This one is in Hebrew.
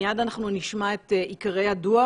מיד אנחנו נשמע את עיקרי הדוח